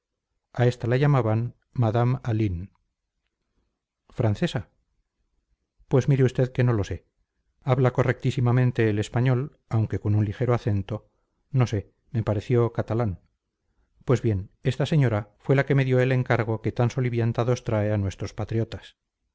a esta la llamaban madame aline francesa pues mire usted que no lo sé habla correctísimamente el español aunque con un ligero acento no sé me pareció catalán pues bien esta señora fue la que me dio el encargo que tan soliviantados trae a nuestros patriotas